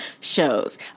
shows